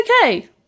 okay